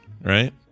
right